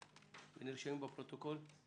הרי בסופו של דבר אם היתה רוצה באמת רק להעביר את זה אליה,